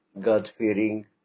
God-fearing